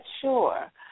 sure